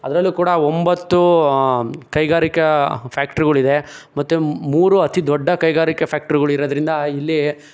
ಅದರಲ್ಲೂ ಕೂಡ ಒಂಬತ್ತು ಕೈಗಾರಿಕಾ ಫ್ಯಾಕ್ಟ್ರಿಗಳಿದೆ ಮತ್ತು ಮೂರು ಅತಿ ದೊಡ್ಡ ಕೈಗಾರಿಕೆ ಫ್ಯಾಕ್ಟ್ರಿಗಳಿರೋದ್ರಿಂದ ಇಲ್ಲಿ